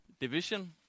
division